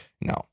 No